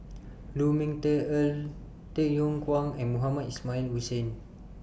Lu Ming Teh Earl Tay Yong Kwang and Mohamed Ismail Hussain